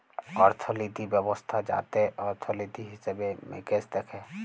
অর্থলিতি ব্যবস্থা যাতে অর্থলিতি, হিসেবে মিকেশ দ্যাখে